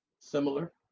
similar